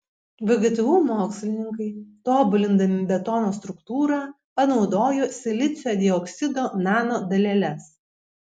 vgtu mokslininkai tobulindami betono struktūrą panaudojo silicio dioksido nanodaleles